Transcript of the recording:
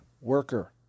worker